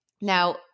Now